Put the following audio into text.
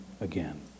again